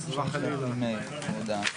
16:00.